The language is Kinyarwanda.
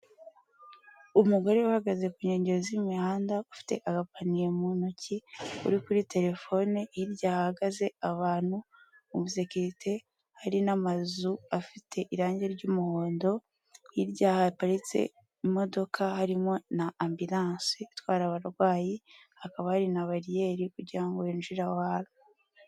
Umugore uhagaze ku nkengero z'imihanda ufite agapaniye mu ntoki, uri kuri terefone hirya hahagaze abantu, umusekirite, hari n'amazu afite irangi ry'umuhondo, hirya haparitse imodoka harimo na ambiranse itwara abarwayi hakaba hari na bariyeri kugira ngo yinjire aho hantu.